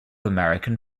american